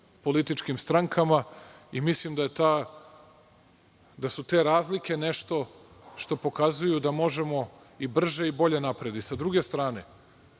političkim strankama i mislim da su te razlike nešto pokazuje da možemo i brže i bolje napred. Sa druge strane,